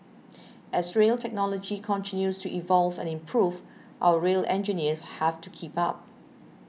as rail technology continues to evolve and improve our rail engineers have to keep up